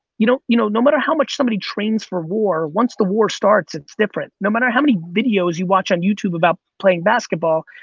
you know you know no matter how much somebody trains for war, once the war starts, it's different. no matter how many videos you watch on youtube about playing basketball,